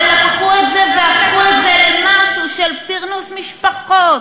ולקחו את זה והפכו את זה למשהו של פרנוס משפחות,